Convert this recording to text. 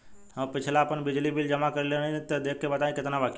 हम पिछला महीना आपन बिजली बिल जमा करवले रनि तनि देखऽ के बताईं केतना बाकि बा?